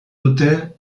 dute